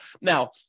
Now